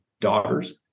daughters